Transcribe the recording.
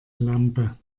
lampe